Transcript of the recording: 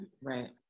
Right